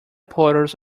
portals